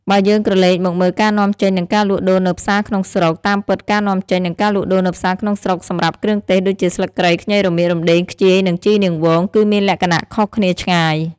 បើយើងក្រលេកមកមើលការនាំចេញនិងការលក់ដូរនៅផ្សារក្នុងស្រុក តាមពិត ការនាំចេញ និងការលក់ដូរនៅផ្សារក្នុងស្រុកសម្រាប់គ្រឿងទេសដូចជាស្លឹកគ្រៃ ខ្ញី រមៀត រំដេង ខ្ជាយ និងជីរនាងវង គឺមានលក្ខណៈខុសគ្នាឆ្ងាយ។